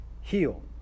heal